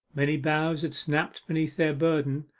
many boughs had snapped beneath their burden,